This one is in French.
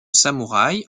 samouraï